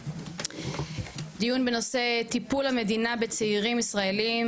דיון בנושא טיפול המדינה בצעירים ישראלים